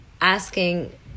asking